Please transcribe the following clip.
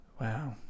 Wow